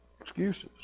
excuses